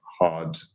hard